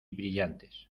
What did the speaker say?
brillantes